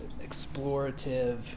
explorative